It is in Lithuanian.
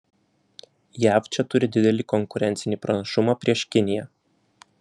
jav čia turi didelį konkurencinį pranašumą prieš kiniją